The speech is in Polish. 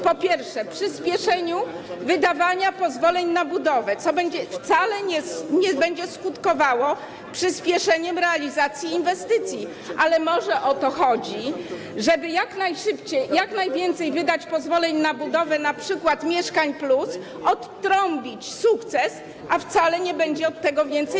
Po pierwsze, przyspieszeniu wydawania pozwoleń na budowę, co wcale nie będzie skutkowało przyspieszeniem realizacji inwestycji, ale może o to chodzi, żeby jak najszybciej, jak najwięcej wydać pozwoleń na budowę, np. mieszkań plus, odtrąbić sukces, a mieszkań wcale nie będzie więcej.